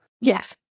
Yes